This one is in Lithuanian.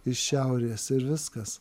iš šiaurės ir viskas